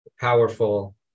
powerful